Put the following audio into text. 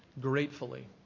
gratefully